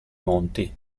monti